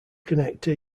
connector